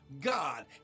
God